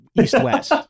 east-west